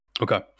okay